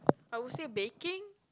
I would say baking